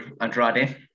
Andrade